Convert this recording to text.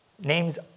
names